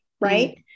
right